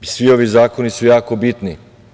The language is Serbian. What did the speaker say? Svi ovi zakoni su jako bitni.